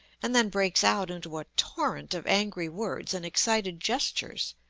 and then breaks out into a torrent of angry words and excited gestures.